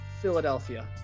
Philadelphia